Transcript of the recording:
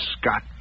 Scott